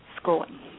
schooling